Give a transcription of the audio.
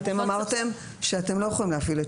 אתם אמרתם שאתם לא יכולים להפעיל את